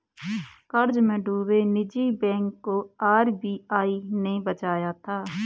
कर्ज में डूबे निजी बैंक को आर.बी.आई ने बचाया था